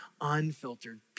unfiltered